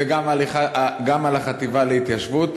וגם על החטיבה להתיישבות.